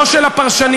לא של הפרשניות,